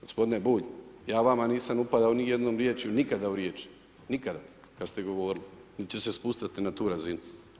Gospodine Bulj, ja vam nisam upadao nijednom riječju nikada u riječ, nikada, kad ste govorili niti ću se spustiti na tu razinu.